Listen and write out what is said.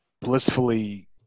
blissfully